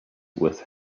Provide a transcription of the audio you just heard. with